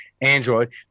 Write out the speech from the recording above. Android